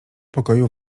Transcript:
pokoju